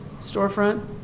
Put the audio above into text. storefront